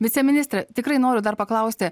viceministre tikrai noriu dar paklausti